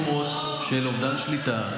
יש מקומות של אובדן שליטה,